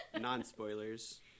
non-spoilers